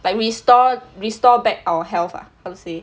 like restore restore back our health ah how to say